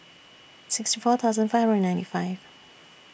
sixty four thousand five hundred and ninety five